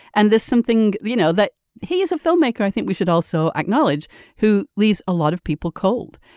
and there's something you know that he is a filmmaker i think we should also acknowledge who leaves a lot of people cold.